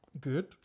Good